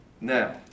now